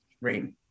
rain